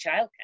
childcare